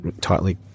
tightly